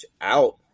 out